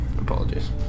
Apologies